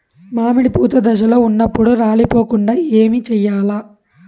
మామిడి పూత దశలో ఉన్నప్పుడు రాలిపోకుండ ఏమిచేయాల్ల?